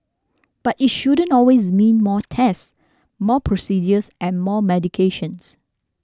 but it shouldn't always mean more tests more procedures and more medications